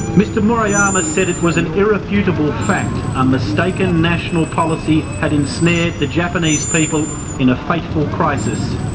mr murayama said it was an irrefutable fact a mistaken national policy had ensnared the japanese people in a fateful crisis.